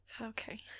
okay